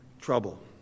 trouble